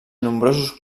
nombrosos